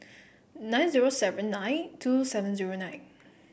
nine zero seven nine two seven zero nine